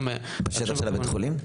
בשטח של בית החולים?